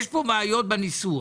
יש פה בעיות בניסוח